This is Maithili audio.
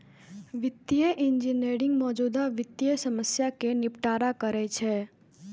वित्तीय इंजीनियरिंग मौजूदा वित्तीय समस्या कें निपटारा करै छै